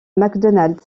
macdonald